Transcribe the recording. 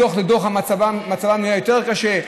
מדוח לדוח מצבם נהיה יותר קשה.